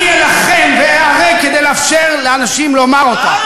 אני אלחם ואיהרג כדי לאפשר לאנשים לומר אותה.